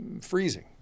freezing